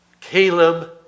Caleb